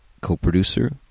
co-producer